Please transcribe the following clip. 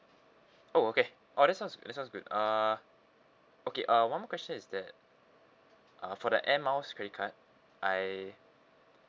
oh okay oh that sounds that sounds good uh okay uh one more question is that uh for the air miles credit card I